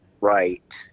right